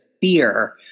fear